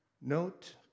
Note